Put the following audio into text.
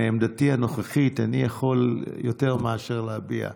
מעמדתי הנוכחית איני יכול יותר מאשר להביע עמדה.